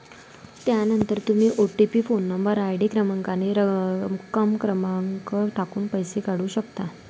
त्यानंतर तुम्ही OTP phone number, ID क्रमांक आणि रक्कम क्रमांक टाकून पैसे काढू शकता